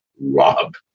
rob